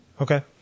Okay